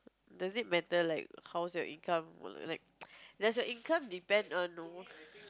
does it matter like how's your income or or like does your income depends on know